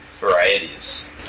varieties